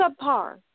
subpar